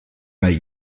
bei